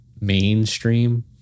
mainstream